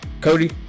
cody